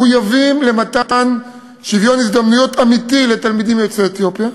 מחויבים למתן שוויון הזדמנויות אמיתי לתלמידים יוצאי אתיופיה.